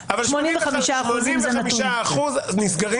אבל 85% מהתיקים נסגרים